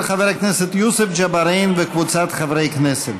של חבר הכנסת יוסף ג'בארין וקבוצת חברי הכנסת.